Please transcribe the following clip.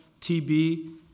TB